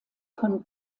von